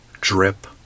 drip